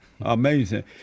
Amazing